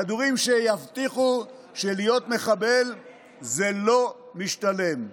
כדורים שיבטיחו שלהיות מחבל זה לא משתלם.